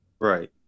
Right